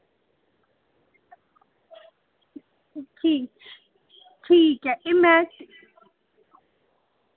ठीक ठीक ऐ एह् में